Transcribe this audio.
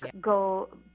go